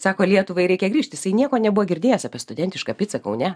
sako lietuvai reikia grįžt jisai nieko nebuvo girdėjęs apie studentišką picą kaune